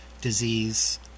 disease